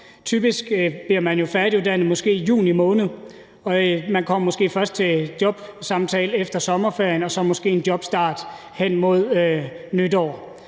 Typisk bliver man jo færdiguddannet måske i juni måned, og man kommer måske først til jobsamtale efter sommerferien og så måske en jobstart hen mod nytår.